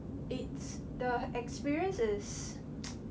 it's the experience is